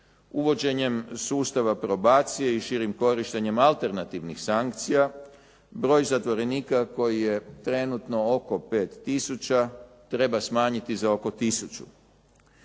uvođenjem sustava probacije i širim korištenjem alternativnih sankcija, broj zatvorenika koji je trenutno oko 5 tisuća treba smanjiti za oko tisuću.